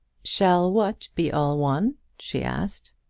shall what be all one? she asked.